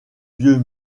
vieux